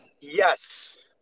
Yes